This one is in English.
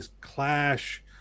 clash